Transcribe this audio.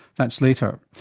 that's later,